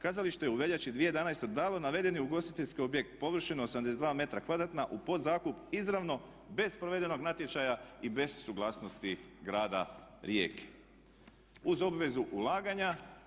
Kazalište je u veljači 2011. dalo navedeni ugostiteljski objekt površine 82 metra kvadratna u podzakup izravno bez provedenog natječaja i bez suglasnosti grada Rijeke uz obvezu ulaganja.